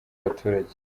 abaturage